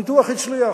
הניתוח הצליח.